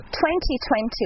2020